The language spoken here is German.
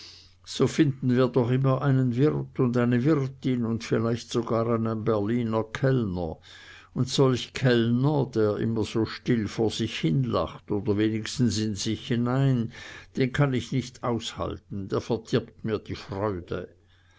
so finden wir doch immer noch einen wirt und eine wirtin und vielleicht sogar einen berliner kellner und solch kellner der immer so still vor sich hin lacht oder wenigstens in sich hinein den kann ich nicht aushalten der verdirbt mir die freude